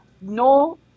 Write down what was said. no